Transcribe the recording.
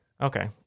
Okay